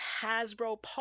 Hasbro